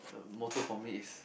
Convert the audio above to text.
the motto for me is